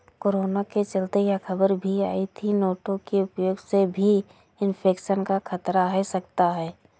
corona के चलते यह खबर भी आई थी की नोटों के उपयोग से भी इन्फेक्शन का खतरा है सकता है